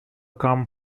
come